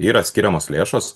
yra skiriamos lėšos